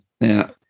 Now